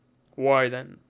why then?